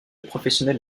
professionnels